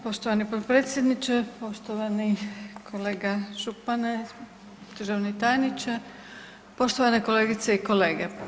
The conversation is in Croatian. Poštovani potpredsjedniče, poštovani kolega župane, državni tajniče, poštovane kolegice i kolege.